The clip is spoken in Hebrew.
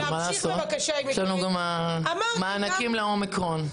יש לנו גם מענקים לאומיקרון.